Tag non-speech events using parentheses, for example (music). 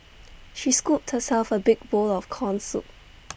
she scooped herself A big bowl of Corn Soup (noise)